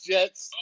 Jets